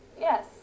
Yes